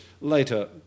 later